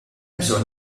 bżonn